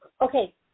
Okay